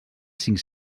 cinc